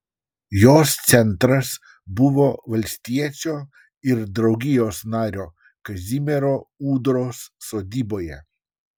jos centras buvo valstiečio ir draugijos nario kazimiero ūdros sodyboje